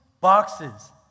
boxes